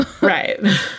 Right